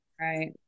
right